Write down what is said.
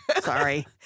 Sorry